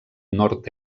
nord